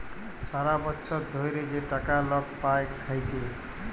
ছারা বচ্ছর ধ্যইরে যে টাকা লক পায় খ্যাইটে